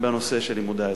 בנושא של לימודי האזרחות.